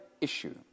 issue